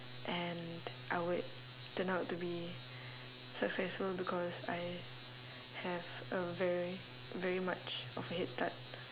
and I would turn out to be successful because I have a very very much of a head start